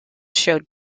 showed